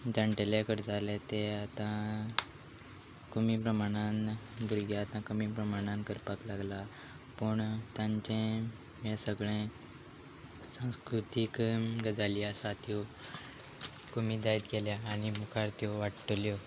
जाणटेले करताले ते आतां कमी प्रमाणान भुरगीं आतां कमी प्रमाणान करपाक लागला पूण तांचे हे सगळे सांस्कृतीक गजाली आसा त्यो कमी जायत गेल्या आनी मुखार त्यो वाडटल्यो